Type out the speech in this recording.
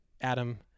adam